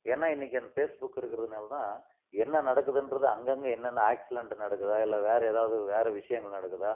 ஏன்னா இன்றைக்கி அந்த ஃபேஸ்புக்கு இருக்கிறதுனால்தான் என்ன நடக்குன்றது அங்கங்கே என்னென்ன ஆக்ஸிடென்டு நடக்குதா இல்லை வேறு எதாவது வேறு விஷயங்கள் நடக்குது